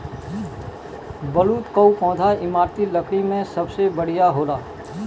बलूत कअ पौधा इमारती लकड़ी में सबसे बढ़िया होला